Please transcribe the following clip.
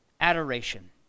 adoration